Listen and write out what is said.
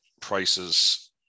prices